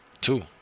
two